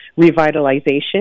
revitalization